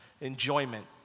enjoyment